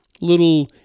little